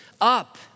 up